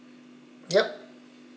yup